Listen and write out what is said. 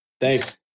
Thanks